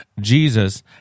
Jesus